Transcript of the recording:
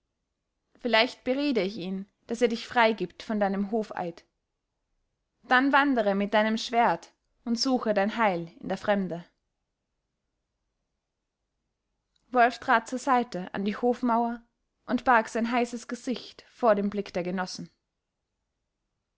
vielleicht berede ich ihn daß er dich freigibt von deinem hofeid dann wandere mit deinem schwert und suche dein heil in der fremde wolf trat zur seite an die hofmauer und barg sein heißes gesicht vor dem blick der genossen